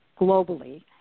globally